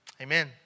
Amen